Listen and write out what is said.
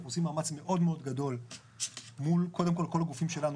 אנחנו עושים מאמץ מאוד גדול מול קודם כל הגופים שלנו,